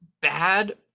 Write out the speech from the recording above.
bad